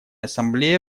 ассамблея